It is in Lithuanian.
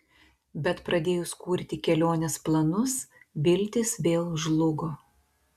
bet pradėjus kurti kelionės planus viltys vėl žlugo